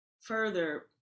further